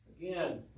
again